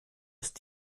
ist